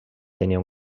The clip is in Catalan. tenia